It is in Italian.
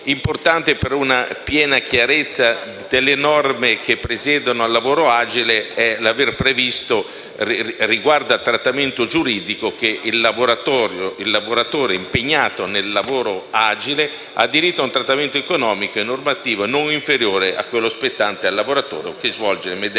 Importante, per una piena chiarezza delle norme che presiedono al lavoro agile, è l’aver previsto riguardo al trattamento giuridico che il lavoratore impegnato nel lavoro agile ha diritto a un trattamento economico e normativo non inferiore a quello spettante al lavoratore che svolge le medesime